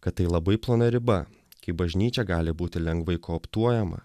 kad tai labai plona riba kai bažnyčia gali būti lengvai kooptuojama